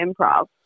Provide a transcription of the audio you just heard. improv